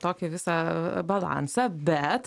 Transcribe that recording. tokį visą balansą bet